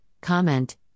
comment